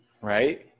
right